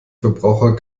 verbraucher